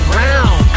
round